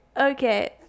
Okay